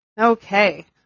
Okay